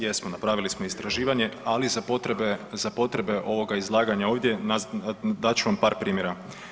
Jesmo napravili smo istraživanje ali za potrebe ovoga izlaganja ovdje dat ću vam par primjera.